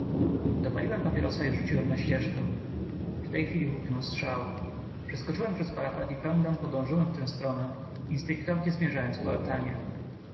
skały dopaliłem papierosa i rzuciłem na ścieżkę w tej chwili huknął strzał przeskoczyłem przez parapet i pędem podążyłem w tę stronę instynktownie zmierzając